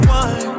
one